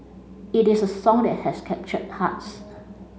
it is a song that has captured hearts